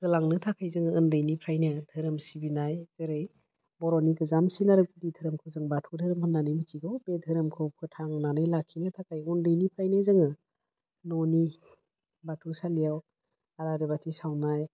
होलांनो थाखाय जोङो उन्दैनिफ्रायनो दोहोरोम सिबिनाय जेरै बर'नि गोजामसिन आरो गुदि दोहोरोमखौ बाथौ दोहोरोम होन्नानै मिथिगौ बे दोहोरोमखौ फोथांनानै लाखिनो थाखाय उन्दैनिफ्रायनो जोङो न'नि बाथौसालियाव आलारि बाथि सावनाय